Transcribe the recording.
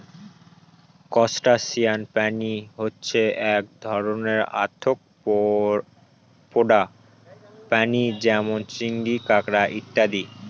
crustacean প্রাণী হচ্ছে এক ধরনের আর্থ্রোপোডা প্রাণী যেমন চিংড়ি, কাঁকড়া ইত্যাদি